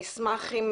בוקר טוב.